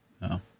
No